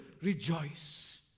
rejoice